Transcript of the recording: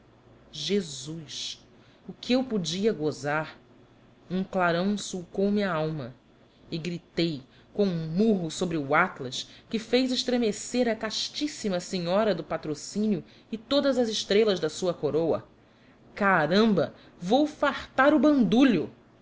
impudor jesus o que eu podia gozar um clarão sulcou me a alma e gritei com um murro sobre o atlas que fez estremecer a castíssima senhora do patrocínio e todas as estrelas da sua coroa caramba vou fartar o bandulho